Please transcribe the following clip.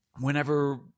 Whenever